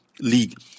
League